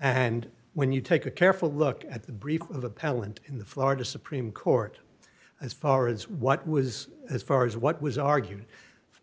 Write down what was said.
and when you take a careful look at the briefs of appellant in the florida supreme court as far as what was as far as what was argued